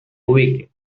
awaken